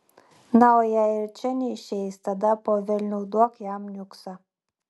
na o jei ir čia neišeis tada po velnių duok jam niuksą